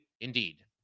indeed